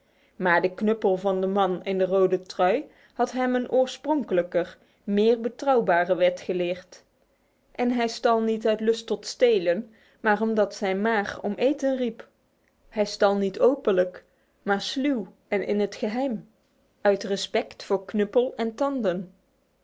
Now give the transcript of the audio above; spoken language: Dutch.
maar de knuppel van den man in de rode trui had hem een oorspronkelijker meer betrouwbare wet geleerd en hij stal niet uit lust tot stelen maar omdat zijn maag om eten riep hij stal niet openlijk maar sluw en in het geheim uit respect voor knuppel en tanden